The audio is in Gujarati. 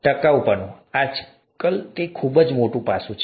ટકાઉપણું આજકાલ તે ખૂબ જ મોટું પાસું છે